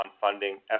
funding